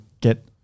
get